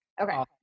okay